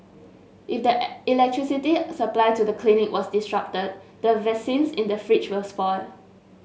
if the electricity supply to the clinic was disrupted the vaccines in the fridge would spoil